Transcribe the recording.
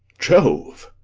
jove!